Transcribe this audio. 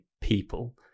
people